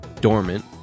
dormant